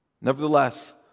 nevertheless